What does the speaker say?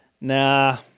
Nah